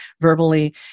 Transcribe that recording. verbally